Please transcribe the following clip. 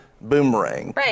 boomerang